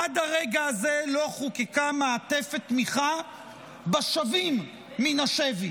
עד הרגע הזה לא חוקקה מעטפת תמיכה בשבים מן השבי,